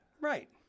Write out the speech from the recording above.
right